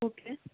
okay